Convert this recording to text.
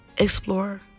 Explore